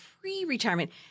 pre-retirement